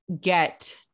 get